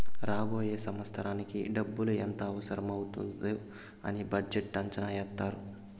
రాబోయే సంవత్సరానికి డబ్బులు ఎంత అవసరం అవుతాది అని బడ్జెట్లో అంచనా ఏత్తారు